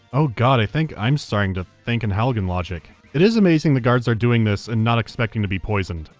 oh, god, i think i'm starting to think in halligan logic! it is amazing the guards are doing this and not expecting to be poisoned.